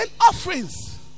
offerings